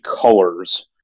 colors